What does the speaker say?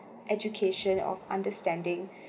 education of understanding